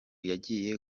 yagiye